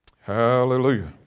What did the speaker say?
Hallelujah